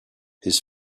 his